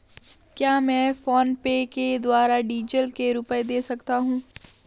क्या मैं फोनपे के द्वारा डीज़ल के रुपए दे सकता हूं?